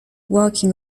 working